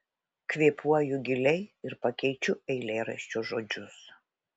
kvėpuoju giliai ir pakeičiu eilėraščio žodžius